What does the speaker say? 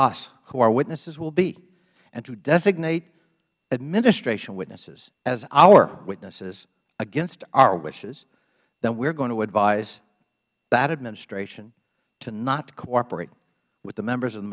us who our witnesses will be and to designate administration witnesses as our witnesses against our wishes that we are going to advise the administration to not cooperate with the members of the